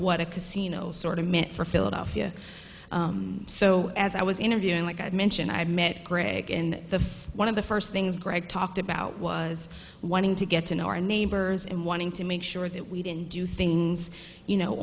what a casino sort of meant for philadelphia so as i was interviewing like i mentioned i met greg and the one of the first things greg talked about was wanting to get to know our neighbors and wanting to make sure that we didn't do things you know